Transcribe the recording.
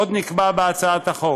עוד נקבע בהצעת החוק